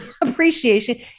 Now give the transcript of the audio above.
appreciation